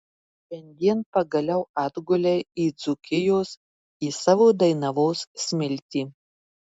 šiandien pagaliau atgulei į dzūkijos į savo dainavos smiltį